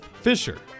Fisher